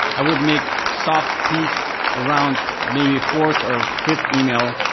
i would make soft pitch around maybe fourth or fifth email.